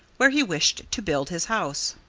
where he wished to build his house.